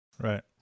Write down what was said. Right